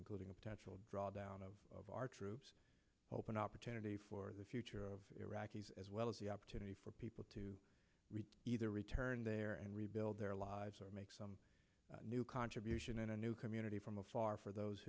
including a potential drawdown of our troops hope an opportunity for the future of iraqis as well as the opportunity for people to either return there and rebuild their lives or make some new contribution in a new community from afar for those